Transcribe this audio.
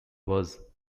was